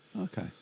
Okay